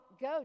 go